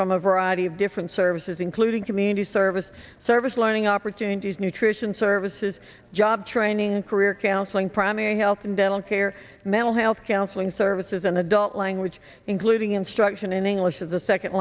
from a variety of different services including community service service learning opportunities nutrition services job training career counseling primary health and dental care mental health counseling services and adult language including instruction in english of the second